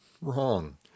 Wrong